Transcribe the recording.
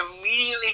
immediately